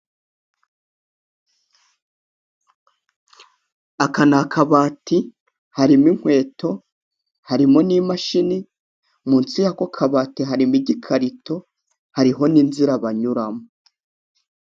Aka ni akabati harimo inkweto, harimo n'imashini munsi y'ako kabati harimo igikarito, harimo n'inzira banyuramo.